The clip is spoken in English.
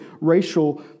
racial